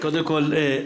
קודם כל,